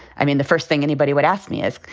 i mean, the first thing anybody would ask me is,